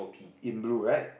in blue right